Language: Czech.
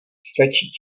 stačí